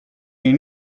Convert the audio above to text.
hier